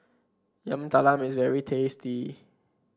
Yam Talam is very tasty